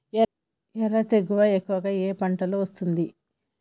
ఎర్ర తెగులు ఎక్కువగా ఏ పంటలో వస్తుంది?